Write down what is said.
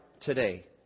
today